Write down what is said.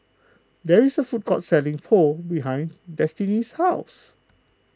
there is a food court selling Pho behind Destini's house